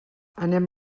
anem